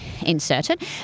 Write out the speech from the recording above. inserted